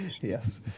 Yes